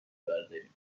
داریم